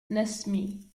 nesmí